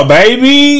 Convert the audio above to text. baby